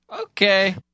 Okay